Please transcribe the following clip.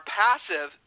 passive